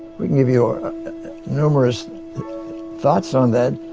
we can give you ah numerous thoughts on that.